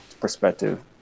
perspective